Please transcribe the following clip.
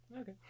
Okay